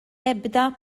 ebda